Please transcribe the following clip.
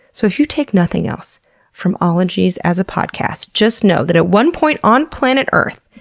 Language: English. so, if you take nothing else from ologies as a podcast, just know that at one point on planet earth,